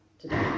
today